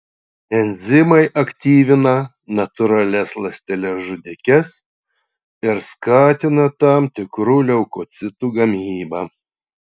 enzimai aktyvina natūralias ląsteles žudikes ir skatina tam tikrų leukocitų gamybą